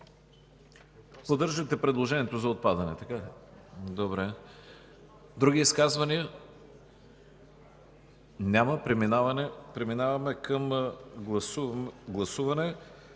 Поддържате предложението за отпадане, така ли? Добре. Други изказвания? Няма. Преминаваме към гласуване.